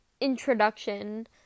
introduction